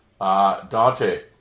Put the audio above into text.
Dante